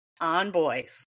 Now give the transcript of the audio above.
onboys